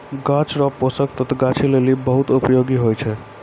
गाछ रो पोषक तत्व गाछी लेली बहुत उपयोगी हुवै छै